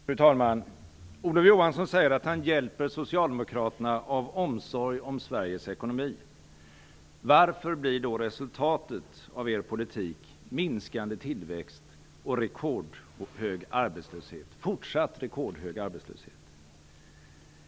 Fru talman! Olof Johansson säger att han hjälper Varför blir då resultatet av er politik minskande tillväxt och fortsatt rekordhög arbetslöshet?